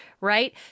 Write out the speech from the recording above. right